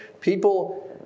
people